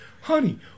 honey